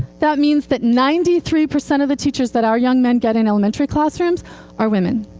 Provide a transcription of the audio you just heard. that means that ninety three percent of the teachers that our young men get in elementary classrooms are women.